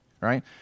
Right